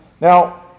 now